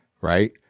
right